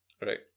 Right